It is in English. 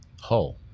Hole